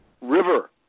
river